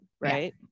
right